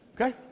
Okay